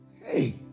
Hey